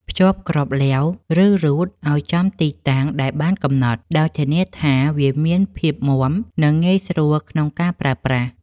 ភ្ជាប់គ្រាប់ឡេវ ឬរ៉ូតឱ្យចំទីតាំងដែលបានកំណត់ ដោយធានាថាវាមានភាពមាំ និងងាយស្រួលក្នុងការប្រើប្រាស់។